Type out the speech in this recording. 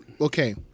okay